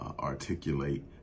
articulate